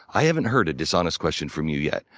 i haven't heard a dishonest question from you yet.